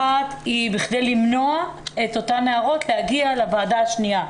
ועדה אחת היא כדי למנוע את אותן נערות מלהגיע לוועדה השנייה,